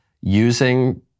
using